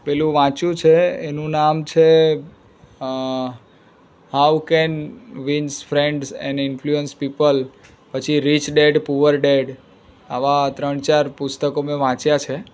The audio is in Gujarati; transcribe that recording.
પેલું વાંચ્યું છે એનું નામ છે how can wins friends and influence people પછી રીચ ડેડ પુઅર ડેડ આવાં ત્રણ ચાર પુસ્તકો મેં વાંચ્યાં છે